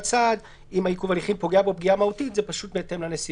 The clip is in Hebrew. סעד אם עיכוב ההליכים פוגע בו פגיעה מהותית זה פשוט בהתאם לנסיבות.